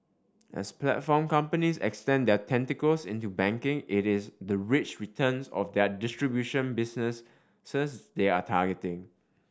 as platform companies extend their tentacles into banking it is the rich returns of their distribution business they are targeting